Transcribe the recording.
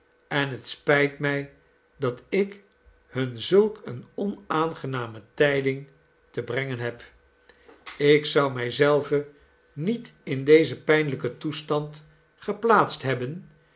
en het spijt mij dat ik hun zulk eene onaangename tijding te brengen heb ik zou mij zelven niet in dezen pynlijken toestand geplaatst hebben